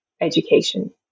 education